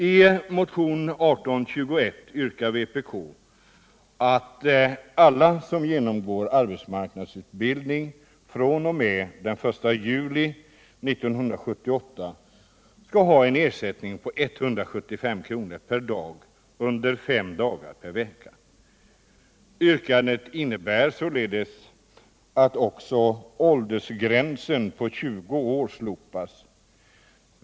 I motionen 1821 yrkar vpk att alla som genomgår arbetsmarknadsutbildning fr.o.m. den 1 juli 1978 skall få en ersättning med 175 kr. per dag under fem dagar per vecka. Yrkandet innebär således att också åldersgränsen på 20 år slopas.